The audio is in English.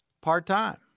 part-time